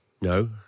No